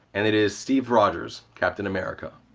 and it is steve rogers, captain america.